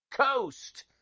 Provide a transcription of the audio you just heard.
coast